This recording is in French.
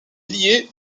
liée